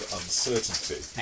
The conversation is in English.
uncertainty